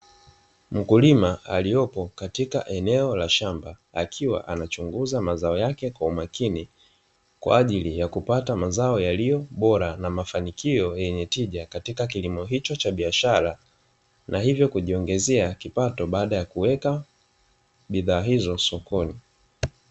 Mkulima aliyopo katika eneo la shamba akiwa anachunguza mazao yake kwa umakini kwa ajili ya kupata mazao yaliyo bora na mafanikio yenye tija katika kilimo hicho cha biashara na hivyo kujiongezea kipato baada ya kuweka bidhaa hizo sokoni.